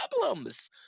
problems